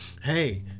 hey